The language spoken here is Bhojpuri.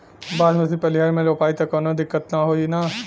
बासमती पलिहर में रोपाई त कवनो दिक्कत ना होई न?